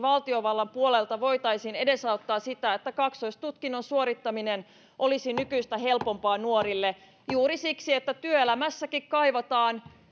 valtiovallan puolelta voitaisiin edesauttaa sitä että kaksoistutkinnon suorittaminen olisi nykyistä helpompaa nuorille juuri siksi että työelämässäkin kaivataan